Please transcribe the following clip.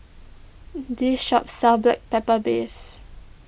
this shop sells Black Pepper Beef